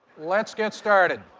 let's get started.